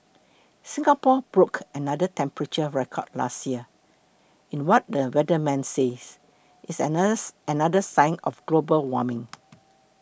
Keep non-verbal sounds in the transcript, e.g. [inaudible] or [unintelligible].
Singapore broke another temperature record last year in what the weatherman says is [unintelligible] another sign of global warming